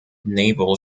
naval